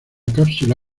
cápsula